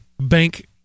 bank